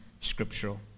scriptural